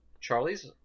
Charlie's